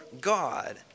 God